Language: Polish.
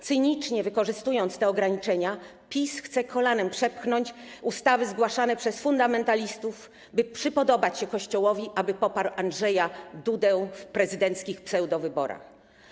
Cynicznie wykorzystując te ograniczenia, PiS chce kolanem przepchnąć ustawy zgłaszane przez fundamentalistów, by przypodobać się Kościołowi, aby poparł Andrzeja Dudę w prezydenckich pseudowyborach.